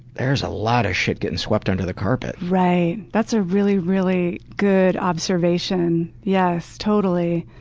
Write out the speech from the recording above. there's a lot of shit getting swept under the carpet. right, that's a really really good observation. yes, totally,